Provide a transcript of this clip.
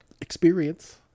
experience